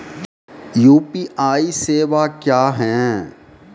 UPI सेवा क्या हैं?